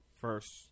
first